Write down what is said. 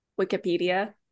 Wikipedia